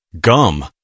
gum